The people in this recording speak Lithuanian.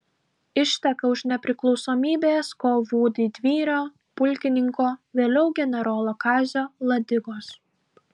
išteka už nepriklausomybės kovų didvyrio pulkininko vėliau generolo kazio ladigos